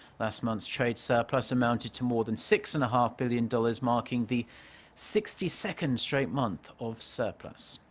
last month's trade surplus amounted to more than six-and-a-half billion dollars. marking the sixty second straight month of surplus.